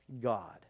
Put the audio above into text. God